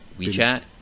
WeChat